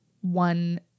one